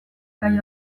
gai